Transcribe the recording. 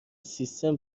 سیستم